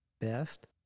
best